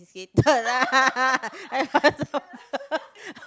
consficated lah